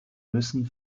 müssen